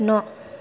न'